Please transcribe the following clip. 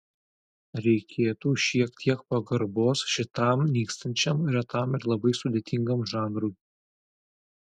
reikėtų šiek tiek pagarbos šitam nykstančiam retam ir labai sudėtingam žanrui